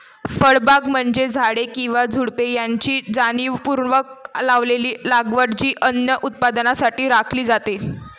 फळबागा म्हणजे झाडे किंवा झुडुपे यांची जाणीवपूर्वक लावलेली लागवड जी अन्न उत्पादनासाठी राखली जाते